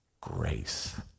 grace